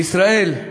בישראל,